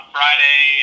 Friday